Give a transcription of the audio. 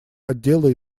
отделы